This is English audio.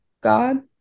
god